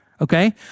Okay